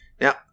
Now